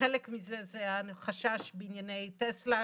שחלק מזה זה החשש בענייני טסלה,